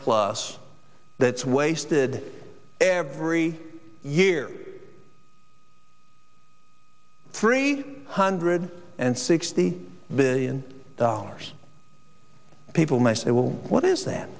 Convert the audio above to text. plus that is wasted every year three hundred and sixty billion dollars people may say well what is that